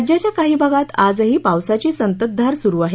राज्याच्या काही भागात आजही पावसाची संततधार सुरु आहे